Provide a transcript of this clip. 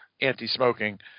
anti-smoking